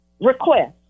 request